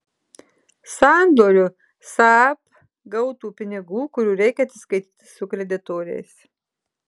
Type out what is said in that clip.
sandoriu saab gautų pinigų kurių reikia atsiskaityti su kreditoriais